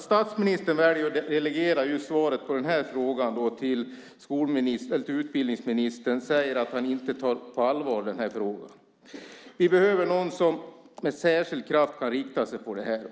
Statsministern väljer att delegera just svaret på den här interpellationen till utbildningsministern. Det säger att statsministern inte tar detta på allvar. Vi behöver någon som med särskild kraft kan rikta in sig på det här.